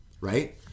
right